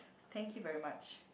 thank you very much